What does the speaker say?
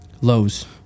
Lows